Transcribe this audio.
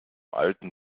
alten